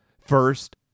First